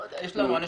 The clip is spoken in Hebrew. לא יודע.